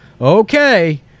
Okay